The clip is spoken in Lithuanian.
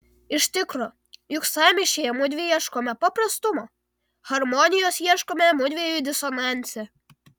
iš tikro juk sąmyšyje mudvi ieškome paprastumo harmonijos ieškome mudviejų disonanse